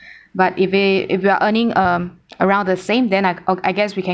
but if we if we are earning um around the same then I I guess we can